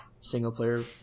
single-player